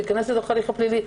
הוא ייכנס לתוך ההליך הפלילי.